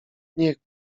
niech